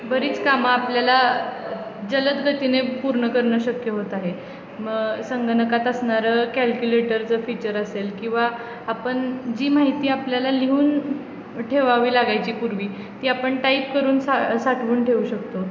बरीच कामं आपल्याला जलदगतीने पूर्ण करणं शक्य होत आहे म संगणकात असणारं कॅल्क्युलेटरचं फीचर असेल किंवा आपण जी माहिती आपल्याला लिहून ठेवावी लागायची पूर्वी ती आपण टाईप करून सा साठवून ठेवू शकतो